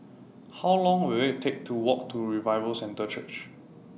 How Long Will IT Take to Walk to Revival Centre Church